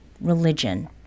religion